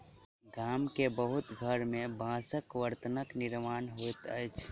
गाम के बहुत घर में बांसक बर्तनक निर्माण होइत अछि